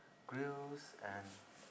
grills and